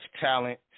talent